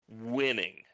winning